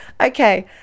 okay